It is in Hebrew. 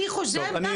אני חוזרת --- טוב,